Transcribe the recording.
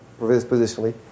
positionally